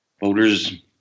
voters